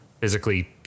physically